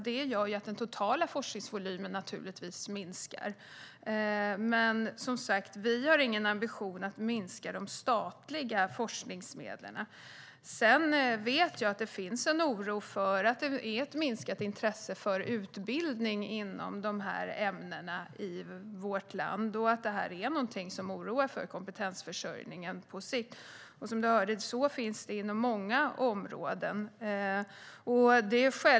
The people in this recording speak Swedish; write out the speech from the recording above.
Det gör att den totala forskningsvolymen naturligtvis minskar. Men vi har ingen ambition att minska de statliga forskningsmedlen. Jag vet att det finns en oro för att det är ett minskat intresse för utbildning inom dessa ämnen i vårt land och att man oroar sig för kompetensförsörjningen på sikt. Så är det inom många områden.